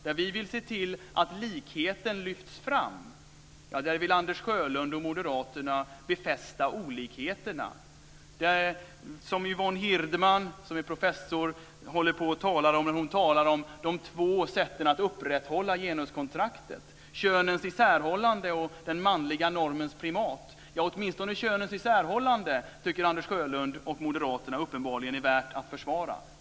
Där vi vill se till att likheten lyfts fram, där vill Anders Sjölund och moderaterna befästa olikheterna. Professor Yvonne Hirdman talar om de två sätten att upprätthålla genuskontraktet, könens isärhållande och den manliga normens primat. Åtminstone könets isärhållande tycker Anders Sjölund och moderaterna uppenbarligen är värt att försvara.